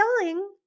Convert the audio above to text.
selling